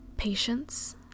patience